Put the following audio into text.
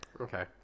Okay